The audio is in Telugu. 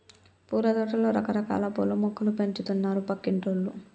పూలతోటలో రకరకాల పూల మొక్కలు పెంచుతున్నారు పక్కింటోల్లు